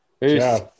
Peace